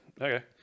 okay